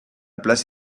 place